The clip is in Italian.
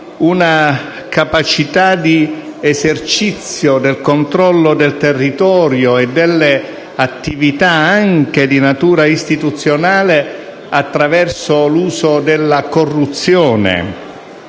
una capacità di esercizio del controllo del territorio e delle attività, anche di natura istituzionale, attraverso l'uso della corruzione: